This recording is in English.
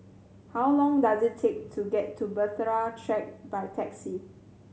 how long does it take to get to Bahtera Track by taxi